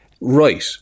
right